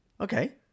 Okay